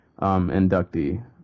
inductee